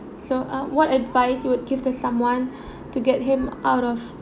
so uh what advice would give to someone to get him out of